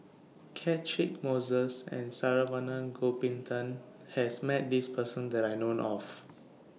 Catchick Moses and Saravanan Gopinathan has Met This Person that I know of